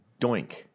doink